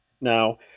Now